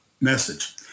message